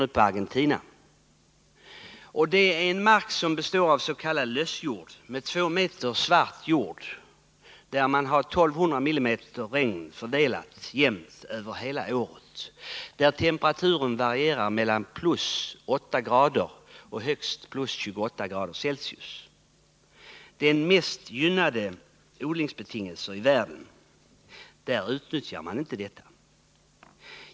I Argentina finns det områden med s.k. lössjord — ett två meter tjockt lager av svart jord — där man har 1 200 mm regn, fördelat jämnt över hela året, och där temperaturen varierar mellan +8 och +28? C. Där råder de gynnsammaste odlingsbetingelserna i världen, men dessa utnyttjas inte.